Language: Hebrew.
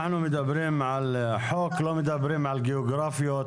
אנחנו מדברים על החוק ולא מדברים על גיאוגרפיות,